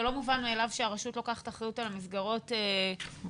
זה לא מובן מאליו שהרשות לוקחת אחריות על המסגרות של